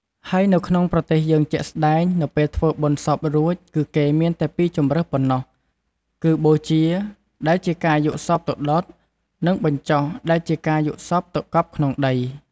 ហើយនៅក្នុងប្រទេសយើងជាក់ស្ដែងនៅពេលធ្វើបុណ្យសពរួចគឺគេមានតែពីរជម្រើសប៉ុំណ្ណោះគឺ បូជា ដែលជាការយកសពទៅដុត នឹង បញ្ចុះ ដែលជាការយកសពទៅកប់ក្នុងដី។